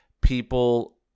people